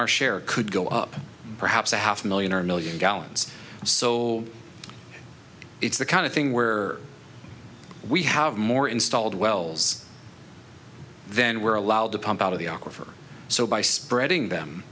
our share could go up perhaps a half million or million gallons so it's the kind of thing where we have more installed wells then we're allowed to pump out of the aquifer so by spreading them